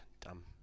dumb